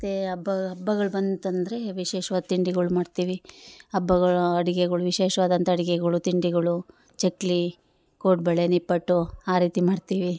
ಮತ್ತು ಹಬ್ಬ ಹಬ್ಬಗಳು ಬಂತಂದರೆ ವಿಶೇಷವಾದ್ ತಿಂಡಿಗಳ್ ಮಾಡ್ತೀವಿ ಹಬ್ಬಗಳ ಅಡಿಗೆಗಳು ವಿಶೇಷವಾದಂಥ ಅಡಿಗೆಗಳು ತಿಂಡಿಗಳು ಚಕ್ಲಿ ಕೊಡುಬಳೆ ನಿಪ್ಪಟ್ಟು ಆ ರೀತಿ ಮಾಡ್ತೀವಿ